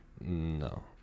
No